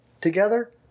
together